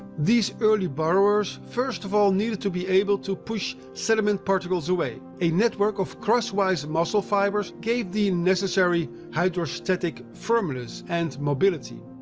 these early burrowers first of all needed to be able to push sediment particles away. a network of crosswise muscle fibers gave the necessary hydrostatic firmness and mobility.